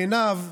בעיניו,